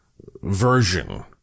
version